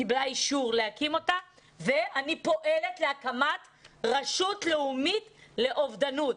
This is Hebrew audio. קיבלה אישור להקמתה ואני פועלת להקמת רשות לאומית לאובדנות.